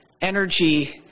energy